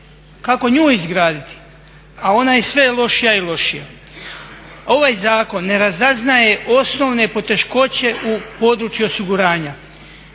Kako nju izgraditi? A ona je sve lošija i lošija. Ovaj zakon ne razaznaje osnovne poteškoće u području osiguranja.